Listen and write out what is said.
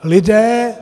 Lidé